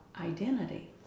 identity